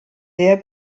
sehr